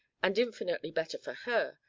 and infinitely better for her,